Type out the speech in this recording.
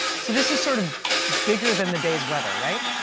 so this is sort of bigger than the days's weather, right?